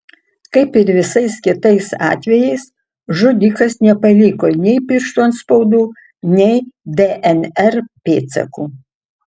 kaip ir visais kitais atvejais žudikas nepaliko nei pirštų atspaudų nei dnr pėdsakų